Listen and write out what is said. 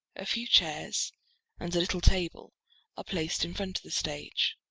a few chairs and a little table are placed in front of the stage.